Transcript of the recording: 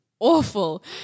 Awful